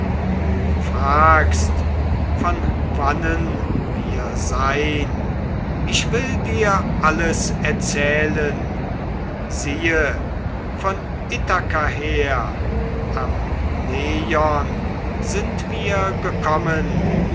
fragst von wannen wir sei'n ich will dir alles erzählen siehe von ithaka her am neion sind wir gekommen